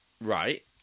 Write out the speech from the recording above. right